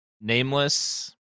Nameless